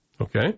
Okay